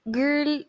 girl